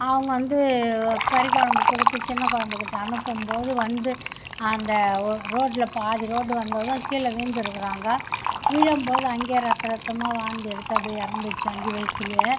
அவங்க வந்து கறி குழம்பு கொடுத்து சின்ன குழந்த கிட்ட அனுப்பும் போது வந்து அந்த ஒரு ரோட்டில் பாதி ரோடு வந்ததும் கீழே விழுந்துருக்குறாங்க விழும் போது அங்கே ரத்தம் ரத்தமாக வாந்தி எடுத்து அப்படியே இறந்துட்ச்சி அஞ்சு வயதுலயே